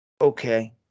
okay